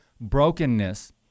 brokenness